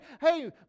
hey